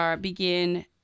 begin